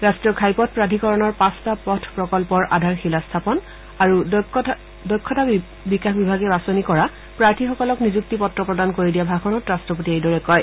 ৰাষ্ট্ৰীয় ঘাইপথ প্ৰাধিকৰণৰ পাঁচটা পথ প্ৰকল্প আধাৰশিলা স্থাপন আৰু দক্ষতা বিকাশ বিভাগে বাছনি কৰা প্ৰাৰ্থীসকলক নিযুক্তি পত্ৰ প্ৰদান কৰি দিয়া ভাষণত ৰাট্টপতিয়ে এইদৰে কয়